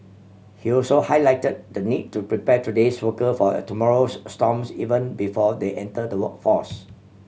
he also highlight the need to prepare today's worker for tomorrow's storms even before they enter the workforce